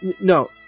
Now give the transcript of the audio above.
No